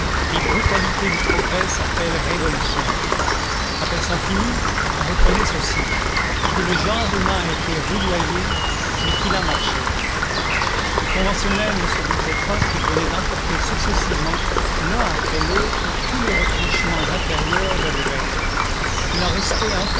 les brutalités du progrès s'appellent révolutions quand elles sont finies on reconnaît ceci que le genre humain a été rudoyé mais qu'il a marché le conventionnel ne se doutait pas qu'il venait d'emporter successivement l'un après l'autre tous les retranchements intérieurs de l'évêque il en restait